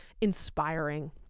inspiring